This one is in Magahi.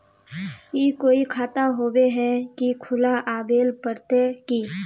ई कोई खाता होबे है की खुला आबेल पड़ते की?